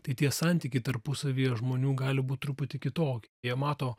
tai tie santykiai tarpusavyje žmonių gali būt truputį kitokie jie mato